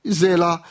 zela